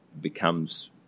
becomes